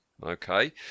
Okay